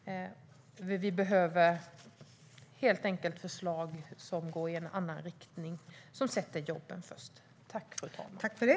Vi behöver förslag som går i en annan riktning och som sätter jobben främst.